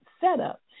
setup